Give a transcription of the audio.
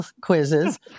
quizzes